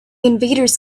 invaders